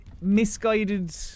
misguided